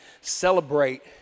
celebrate